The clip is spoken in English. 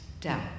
doubt